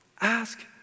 ask